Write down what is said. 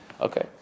Okay